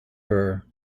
her